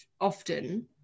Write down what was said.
often